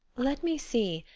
let me see.